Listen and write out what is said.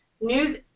news